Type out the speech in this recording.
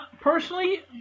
Personally